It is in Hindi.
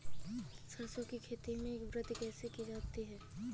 सरसो की खेती में वृद्धि कैसे की जाती है?